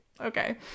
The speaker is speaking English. okay